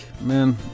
Man